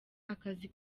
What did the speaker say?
akazi